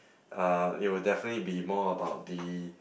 uh it will definitely be more about the